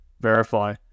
verify